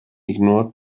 ignored